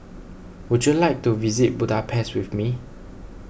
would you like to visit Budapest with me